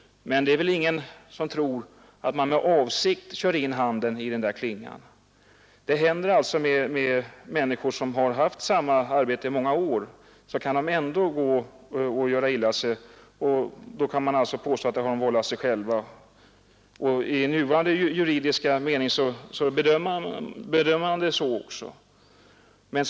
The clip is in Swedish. Men det är väl ingen som tror att vederbörande med avsikt kört in handen i denna klinga. Trots att människor som skadat sig haft samma arbete under många år, kan det påstås att de själva har vållat sig skadan. I det nuvarande juridiska systemet kommer man också vid bedömningen fram till sådana slutsatser.